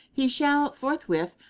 he shall forthwith,